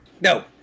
No